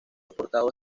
deportado